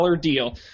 deal